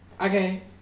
Okay